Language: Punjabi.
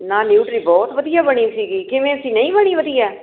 ਨਾ ਨਿਊਟਰੀ ਬਹੁਤ ਵਧੀਆ ਬਣੀ ਸੀਗੀ ਕਿਵੇਂ ਸੀ ਨਹੀਂ ਬਣੀ ਵਧੀਆ